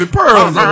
pearls